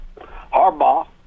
Harbaugh